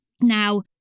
Now